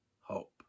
hope